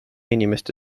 inimeste